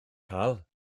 cael